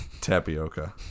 tapioca